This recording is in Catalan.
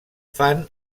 fan